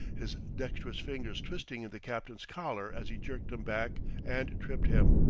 his dexterous fingers twisting in the captain's collar as he jerked him back and tripped him.